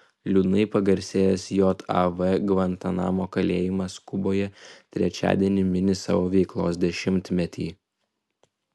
liūdnai pagarsėjęs jav gvantanamo kalėjimas kuboje trečiadienį mini savo veiklos dešimtmetį